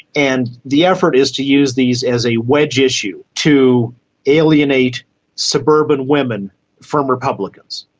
and the effort is to use these as a wedge issue to alienate suburban women from republicans.